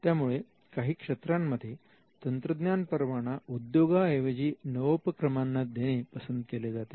त्यामुळे काही क्षेत्रांमध्ये तंत्रज्ञान परवाना उद्योगाऐवजी नवोपक्रमांना देणे पसंत केले जाते